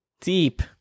Deep